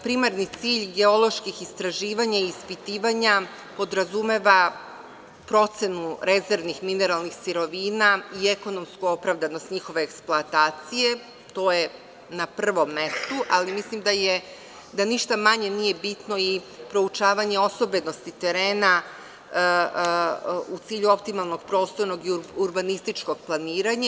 Primarni cilj geoloških istraživanja i ispitivanja podrazumeva procenu rezervnih mineralnih sirovina i ekonomsku opravdanost njihove eksploatacije, to je na prvom mestu, ali mislim da ništa manje nije bitno i proučavanje osobenosti terena u cilju optimalnog prostornog i urbanističkog planiranja.